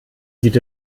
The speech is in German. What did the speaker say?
sieht